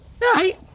Right